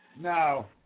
No